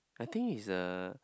I think is a